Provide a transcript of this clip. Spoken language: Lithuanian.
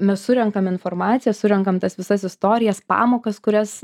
mes surenkam informaciją surenkam tas visas istorijas pamokas kurias